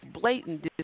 blatant